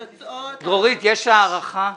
דרורית, יש הערכה?